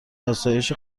آسایش